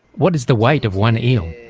what is the weight of one eel?